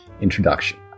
introduction